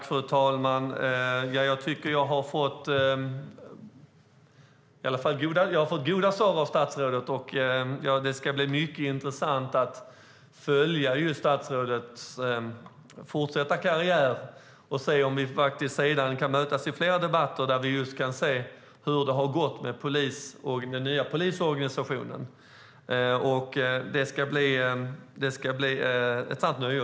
Fru talman! Jag tycker att jag har fått goda svar av statsrådet. Det ska bli mycket intressant att följa hans fortsatta karriär och se om vi kan mötas i fler debatter där vi kan se hur det har gått med den nya polisorganisationen. Det ska bli ett sant nöje.